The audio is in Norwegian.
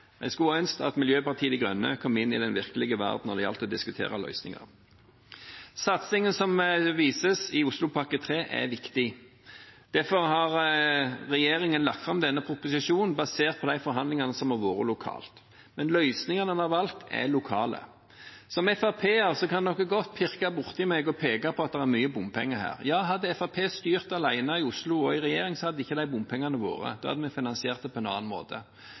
Jeg skulle ønske Miljøpartiet De Grønne kom inn i den virkelige verden når det gjelder å diskutere løsninger. Satsingen som vises i Oslopakke 3, er viktig. Derfor har regjeringen lagt fram denne proposisjonen basert på de forhandlingene som har vært lokalt. Men løsningene vi har valgt, er lokale. FrP-ere kan godt pirke borti meg og påpeke mye bompenger her. Ja, hadde Fremskrittspartiet styrt alene i Oslo og i regjering, hadde ikke disse bompengene vært der. Da hadde vi finansiert det på en annen måte.